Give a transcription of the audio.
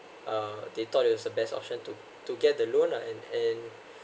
uh they thought it was the best option to to get the loan lah and and